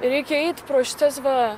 reikia eit pro šitas va